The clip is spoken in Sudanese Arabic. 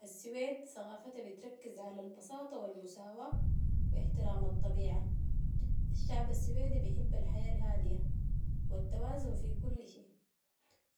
السويد ثقافتها بتركز على البساطة و المساواة و احترام الطبيعة. الشعب السويدي بحب الحياة الهادية و التوازن في كل شي،